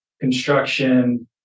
construction